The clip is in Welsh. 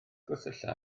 gwersylla